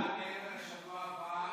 מעבר לשבוע הבא,